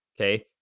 Okay